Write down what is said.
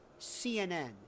cnn